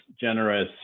generous